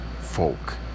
folk